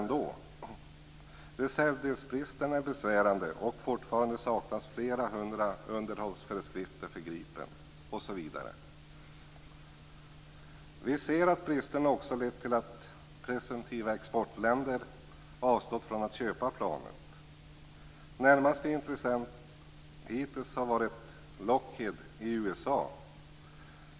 Reservdelsbristen är besvärande, och fortfarande saknas flera hundra underhållsföreskrifter för Gripen osv. Vi ser att bristerna också lett till att presumtiva exportländer avstått från att köpa planet. Närmaste intressent har hittills varit Lockhead i USA.